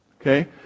Okay